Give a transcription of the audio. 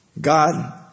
God